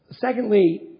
Secondly